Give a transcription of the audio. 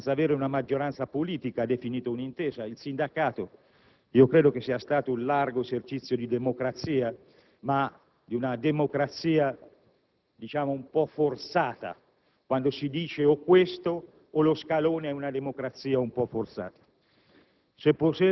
la fine di un compromesso socialdemocratico. Il Governo, senza avere una maggioranza politica, ha definito un'intesa con il sindacato: credo che sia stato un ampio esercizio di democrazia, ma di una democrazia,